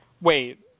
Wait